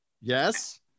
yes